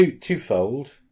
twofold